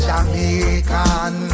Jamaican